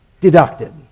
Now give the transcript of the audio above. deducted